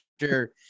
sure